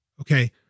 Okay